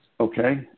Okay